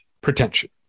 pretension